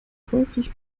häufig